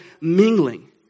mingling